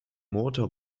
motor